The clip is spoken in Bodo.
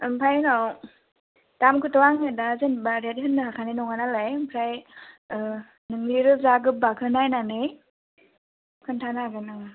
आमफाय उनाव दामखौथ' आं होना जेनबा रेट होनो हाखानाय नङा नालाय आमफ्राय ओ नोंनि रोजा गोबाखौ नायनानै खोन्थानो हागोन आं